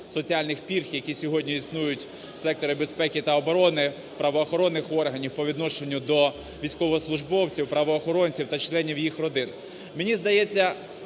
соціальних пільг, які сьогодні існують в секторі безпеки та оборони, правоохоронних органів по відношенню до військовослужбовців, правоохоронців та членів їх родин. Мені здається,